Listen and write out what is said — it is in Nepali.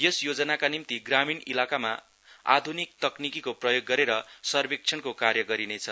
यस योजनाका निम्ति ग्रामीण इलाकामा आधुनिक तक्रीक को प्रयोग गरेर सर्वेक्षणको कार्य गरिनेछ